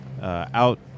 out